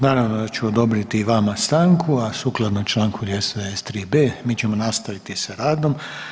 Naravno da ću odobriti i vama stanku, a sukladno čl. 235.b mi ćemo nastaviti sa radom.